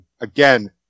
again